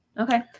Okay